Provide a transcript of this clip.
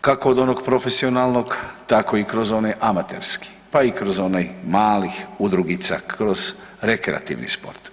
kako od onog profesionalnog tako i kroz amaterski, pa i kroz onaj malih udrugica, kroz rekreativni sport.